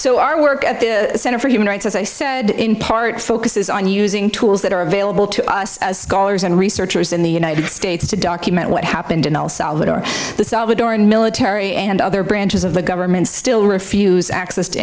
so our work at the center for human rights as i said in part focuses on using tools that are available to us as scholars and researchers in the united states to document what happened in el salvador the salvadoran military and other branches of the government still refuse access to